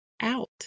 out